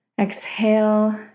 Exhale